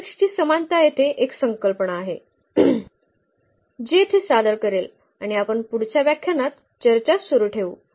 मॅट्रिकची समानता येथे एक संकल्पना आहे जी येथे सादर करेल आणि आपण पुढच्या व्याख्यानात चर्चा सुरू ठेवू